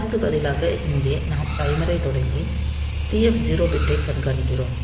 அதற்கு பதிலாக இங்கே நாம் டைமரைத் தொடங்கி TF0 பிட்டை கண்காணிக்கிறோம்